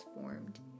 formed